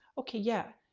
okay yeah,